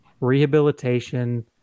rehabilitation